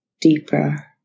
deeper